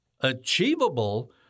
achievable